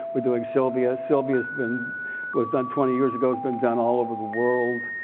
we're doing sylvia. sylvia has been was done twenty years ago. has been done all over the world.